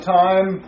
time